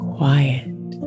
Quiet